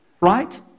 right